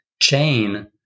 chain